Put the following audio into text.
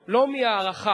ולא מהערכה,